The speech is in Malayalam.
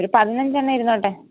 ഒരു പതിനഞ്ചണ്ണം ഇരുന്നോട്ടെ